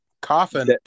Coffin